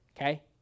Okay